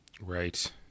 Right